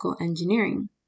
engineering